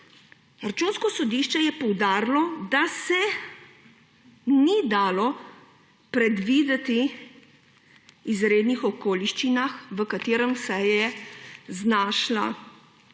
Računsko sodišče je poudarilo, da se ni dalo predvideti izrednih okoliščinah, v katerem se je znašla